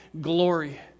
glory